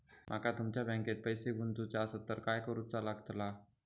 माका तुमच्या बँकेत पैसे गुंतवूचे आसत तर काय कारुचा लगतला?